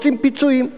רוצים פיצויים.